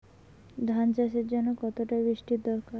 ধান চাষের জন্য কতটা বৃষ্টির দরকার?